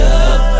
up